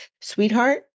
sweetheart